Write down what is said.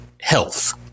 health